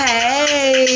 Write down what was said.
Hey